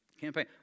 campaign